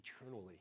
eternally